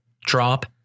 drop